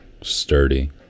sturdy